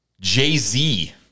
Jay-Z